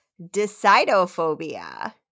decidophobia